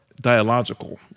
dialogical